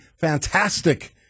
fantastic